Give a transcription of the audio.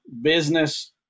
business